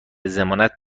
ضمانت